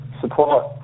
support